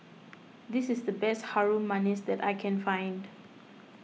this is the best Harum Manis that I can find